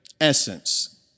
essence